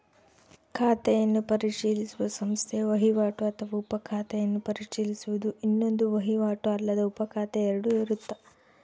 ಖಾತೆಯನ್ನು ಪರಿಶೀಲಿಸುವ ಸಂಸ್ಥೆ ವಹಿವಾಟು ಅಥವಾ ಉಪ ಖಾತೆಯನ್ನು ಪರಿಶೀಲಿಸುವುದು ಇನ್ನೊಂದು ವಹಿವಾಟು ಅಲ್ಲದ ಉಪಖಾತೆ ಎರಡು ಇರುತ್ತ